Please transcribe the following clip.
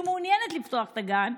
שמעוניינת לפתוח את הגן,